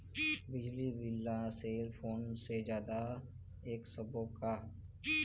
बिजली बिल ला cell phone से आदा कर सकबो का?